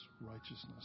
righteousness